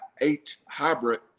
H-Hybrid